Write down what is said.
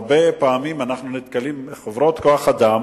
הרבה פעמים אנחנו נתקלים בחברות כוח-אדם